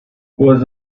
was